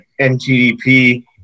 NTDP